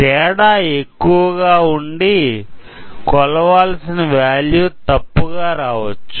తేడా ఎక్కువగా ఉండి కొలవాల్సిన వేల్యూ తప్పుగా రావచ్చు